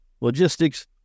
logistics